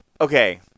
okay